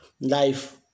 life